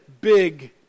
big